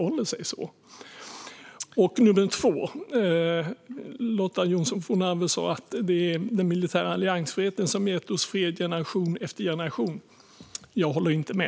Nummer två: Lotta Johnsson Fornarve sa att det är den militära alliansfriheten som gett oss fred i generation efter generation. Jag håller inte med.